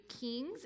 kings